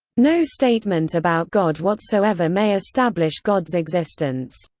no statement about god whatsoever may establish god's existence.